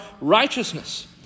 righteousness